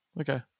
okay